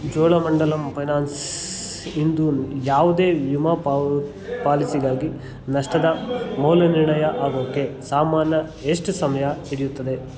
Cholamandalam finance ಇಂದು ಯಾವುದೇ ವಿಮಾ ಪಾಲಿಸಿಗಾಗಿ ನಷ್ಟದ ಮೌಲ್ಯನಿರ್ಣಯ ಆಗೋಕ್ಕೆ ಸಾಮಾನ್ಯ ಎಷ್ಟು ಸಮಯ ಹಿಡಿಯತ್ತದೆ